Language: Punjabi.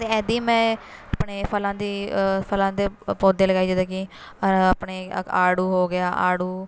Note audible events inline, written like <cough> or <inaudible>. ਅਤੇ ਏਦੀ ਮੈਂ ਆਪਣੇ ਫਲਾਂ ਦੀ ਫਲਾਂ ਦੇ ਪੌਦੇ ਲਗਾਏ ਜਿੱਦਾਂ ਕਿ <unintelligible> ਆਪਣੇ ਆੜੂ ਹੋ ਗਿਆ ਆੜੂ